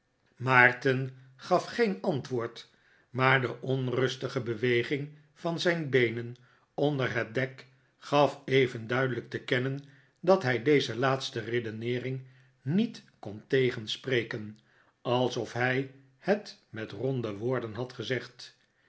maarten gaf geen antwoord maar de onrustige beweging van zijn beenen onder het dek gaf even duidelijk te kennen dat hij deze laatste redeneering niet kon tegenspreken alsof hij het met ronde woorden had gezegd